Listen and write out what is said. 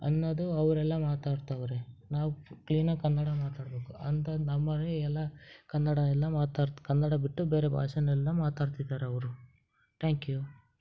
ಅನ್ನೋದು ಅವರೆಲ್ಲ ಮಾತಾಡ್ತವ್ರೆ ನಾವು ಕ್ಲೀನಾಗಿ ಕನ್ನಡ ಮಾತಾಡ್ಬೇಕು ಅಂತದ್ದು ನಮ್ಮವರೆ ಎಲ್ಲ ಕನ್ನಡ ಎಲ್ಲ ಮಾತಾಡಿ ಕನ್ನಡ ಬಿಟ್ಟು ಬೇರೆ ಭಾಷೆನೆಲ್ಲ ಮಾತಾಡ್ತಿದಾರೆ ಅವರು ಟ್ಯಾಂಕ್ ಯೂ